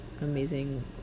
amazing